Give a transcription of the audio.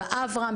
באברהם,